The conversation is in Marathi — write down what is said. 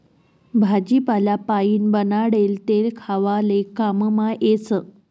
भाजीपाला पाइन बनाडेल तेल खावाले काममा येस